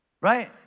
right